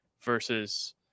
versus